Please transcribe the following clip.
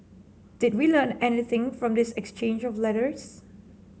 did we learn anything from this exchange of letters